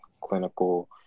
clinical